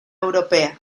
europea